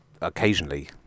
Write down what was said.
occasionally